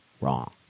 wrong